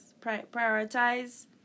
Prioritize